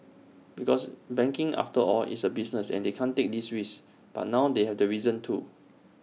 because banking after all is A business they can't take these risks but now they have the reason to